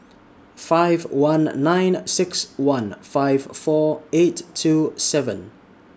five one nine six one five four eight two seven